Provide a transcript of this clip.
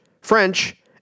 French